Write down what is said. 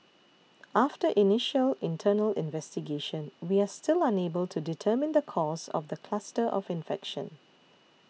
after initial internal investigation we are still unable to determine the cause of the cluster of infection